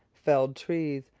felled trees,